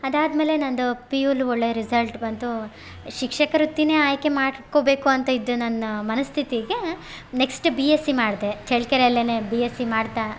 ಅದಾದಮೇಲೆ ನನ್ನದು ಪಿ ಯುಲಿ ಒಳ್ಳೆ ರಿಸಲ್ಟ್ ಬಂತು ಶಿಕ್ಷಕ ವೃತ್ತಿನೆ ಆಯ್ಕೆ ಮಾಡ್ಕೊಬೇಕು ಅಂತ ಇದ್ದ ನನ್ನ ಮನಸ್ಥಿತಿಗೆ ನೆಕ್ಸ್ಟ್ ಬಿ ಎಸ್ ಸಿ ಮಾಡಿದೆ ಚಳ್ಳಕೆರೆಲ್ಲೇ ಬಿ ಎಸ್ ಸಿ ಮಾಡ್ತಾ